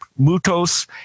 mutos